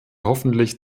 hoffentlich